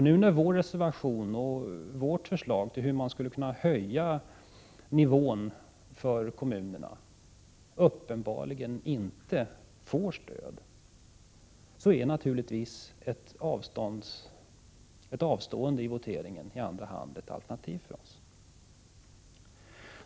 Nu när vår reservation och vårt förslag till hur man skulle kunna höja nivån för kommunerna uppenbarligen inte får stöd, är naturligtvis ett avstående i andra hand i voteringen ett alternativ för oss.